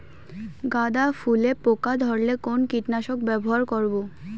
গাদা ফুলে পোকা ধরলে কোন কীটনাশক ব্যবহার করব?